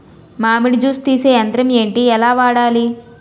మామిడి జూస్ తీసే యంత్రం ఏంటి? ఎలా వాడాలి?